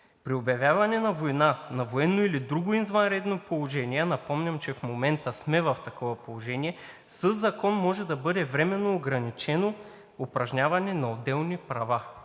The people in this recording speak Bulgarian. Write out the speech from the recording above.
При обявяване на война, на военно или друго извънредно положение, напомням, че в момента сме в такова положение, със закон може да бъде временно ограничено упражняване на отделни права.